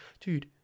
Dude